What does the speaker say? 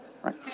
right